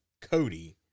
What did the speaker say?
Cody